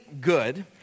good